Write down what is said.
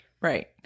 right